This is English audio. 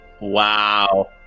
Wow